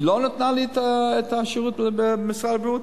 היא לא נתנה לי את השירות הזה במשרד הבריאות,